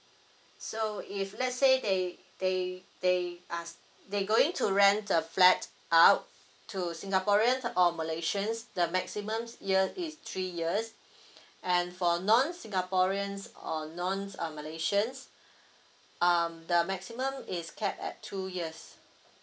so if let's say they they they ask they going to rent a flat out to singaporeans or malaysians the maximum year is three years and for non singaporeans or a non uh malaysians um the maximum is capped at two years